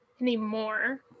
anymore